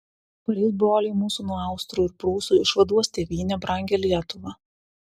pareis broliai mūsų nuo austrų ir prūsų išvaduos tėvynę brangią lietuvą